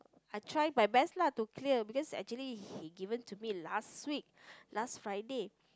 I try my best lah to clear because actually he given to me last week last Friday